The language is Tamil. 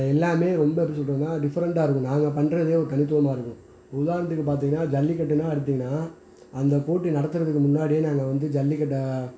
எல்லாமே ரொம்ப எப்படி சொல்கிறதுன்னா டிஃப்ரெண்டாக இருக்கும் நாங்கள் பண்ணுறதே ஒரு தனித்துவமாக இருக்கும் உதாரணத்துக்கு பார்த்திங்கன்னா ஜல்லிக்கட்டுனால் எடுத்திங்கன்னால் அந்த போட்டி நடத்துகிறதுக்கு முன்னாடியே நாங்கள் வந்து ஜல்லிக்கட்டை